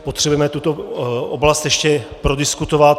Potřebujeme tuto oblast ještě prodiskutovat.